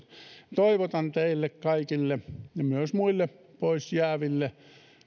toivotan teille kaikille ja myös muille pois jääville